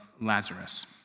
Lazarus